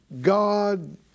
God